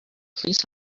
please